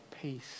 peace